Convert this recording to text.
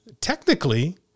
Technically